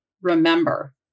Remember